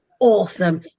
awesome